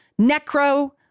Necro